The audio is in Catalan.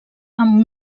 amb